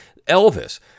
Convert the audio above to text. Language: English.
Elvis